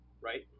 right